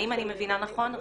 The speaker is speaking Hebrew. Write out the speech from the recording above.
האם אני מבינה נכון?